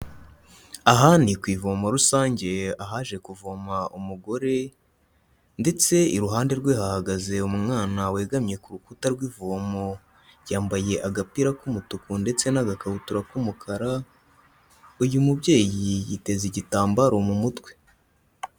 Aha ni ku ivomo rusange ahaje kuvoma umugore ndetse iruhande rwe hahagaze umwana wegamye ku rukuta rw'ivomo, yambaye agapira k'umutuku ndetse n'agakabutura k'umukara, uyu mubyeyi yiteze igitambaro mu mutwe.